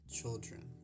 children